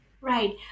Right